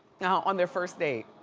on their first date.